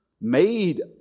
made